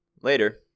Later